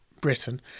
Britain